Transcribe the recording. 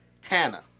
Hannah